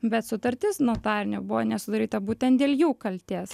bet sutartis notarinė buvo nesudaryta būtent dėl jų kaltės